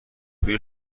بوی